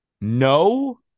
no